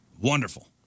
Wonderful